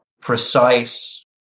precise